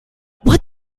what